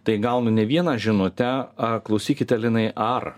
tai gaunu ne vieną žinutę a klausykite linai ar